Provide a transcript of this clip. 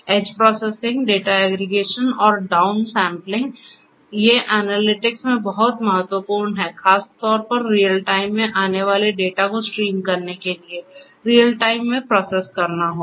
as processing data aggregation और down sampling ये analytics में बहुत महत्वपूर्ण हैं खासतौर पर रियल टाइम में आने वाले डेटा की स्ट्रीम के लिए रियल टाइम में प्रोसेस करना होगा